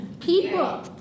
people